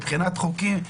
מבחינת חוקים.